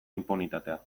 inpunitatea